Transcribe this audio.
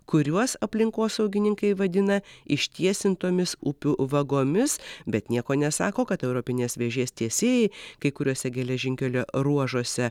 kuriuos aplinkosaugininkai vadina ištiesintomis upių vagomis bet nieko nesako kad europinės vėžės tiesėjai kai kuriuose geležinkelio ruožuose